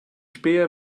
späher